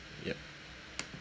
yup